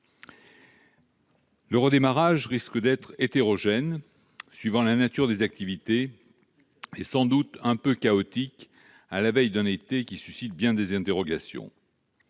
Le redémarrage risque d'être hétérogène, suivant la nature des activités, et sans doute un peu chaotique, à la veille d'un été qui suscite bien des interrogations.